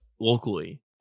locally